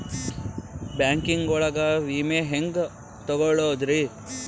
Banking ಒಳಗ ವಿಮೆ ಹೆಂಗ್ ತೊಗೊಳೋದ್ರಿ?